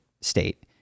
state